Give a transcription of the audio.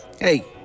Hey